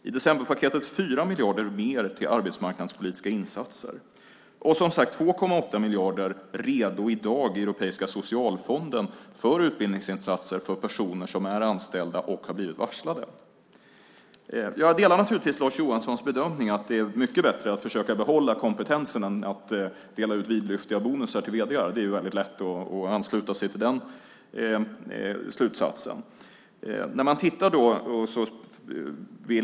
I decemberpaketet har vi 4 miljarder mer till arbetsmarknadspolitiska insatser, och 2,8 miljarder finns i dag redo i Europeiska socialfonden för utbildningsinsatser för personer som är anställda och har blivit varslade. Jag delar naturligtvis Lars Johanssons bedömning att det är mycket bättre att försöka behålla kompetensen än att dela ut vidlyftiga bonusar till vd:ar. Det är lätt att ansluta sig till den slutsatsen.